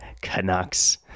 Canucks